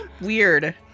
weird